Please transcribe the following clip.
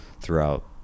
throughout